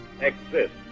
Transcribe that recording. exist